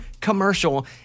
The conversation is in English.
commercial